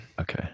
okay